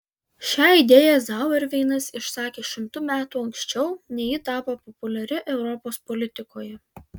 šią idėją zauerveinas išsakė šimtu metų anksčiau nei ji tapo populiari europos politikoje